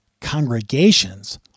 congregations